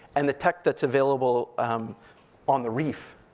and the tech that's available on the reef,